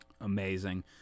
Amazing